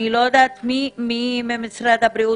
אני שמחה שהר"י הכריזה על התחלת הפיילוט